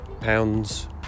pounds